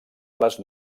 les